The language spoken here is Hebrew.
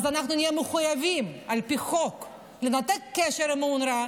אנחנו נהיה מחויבים על פי חוק לנתק קשר עם אונר"א,